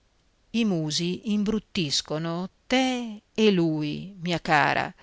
musi lunghi imbruttiscono te e lui mia cara